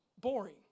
boring